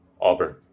Auburn